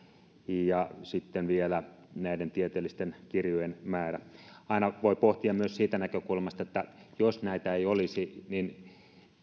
ja sitten on vielä näiden tieteellisten kirjojen määrä aina voi pohtia myös siitä näkökulmasta että jos näitä ei olisi niin